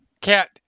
cat